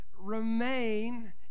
Remain